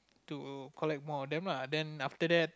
to collect more of them lah then after that